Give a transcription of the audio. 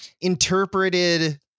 interpreted